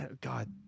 God